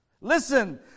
Listen